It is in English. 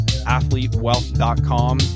athletewealth.com